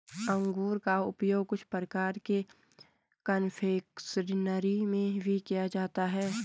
अंगूर का उपयोग कुछ प्रकार के कन्फेक्शनरी में भी किया जाता है